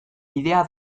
bidea